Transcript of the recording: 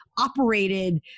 operated